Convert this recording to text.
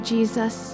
Jesus